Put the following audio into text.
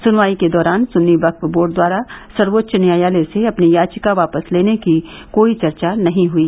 सुनवाई के दौरान सुन्नी वक्फ बोर्ड द्वारा सर्वोच्च न्यायालय से अपनी याचिका वापस लेने की कोई चर्चा नहीं हुई